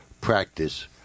practice